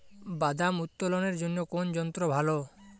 বাদাম উত্তোলনের জন্য কোন যন্ত্র ভালো?